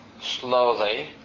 slowly